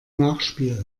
nachspiel